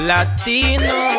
Latino